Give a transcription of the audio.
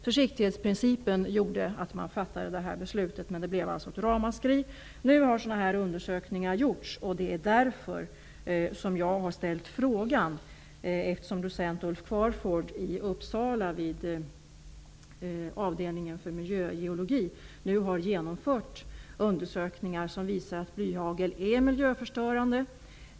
Försiktighetsprincipen gjorde att man fattade det här beslutet. Men det blev alltså ett ramaskri. Nu har sådana här undersökningar gjorts, och det är därför som jag har ställt frågan. Docent Ulf Uppsala har nu genomfört undersökningar som visar att blyhagel är miljöförstörande.